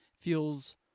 feels